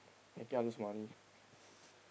I kia lose money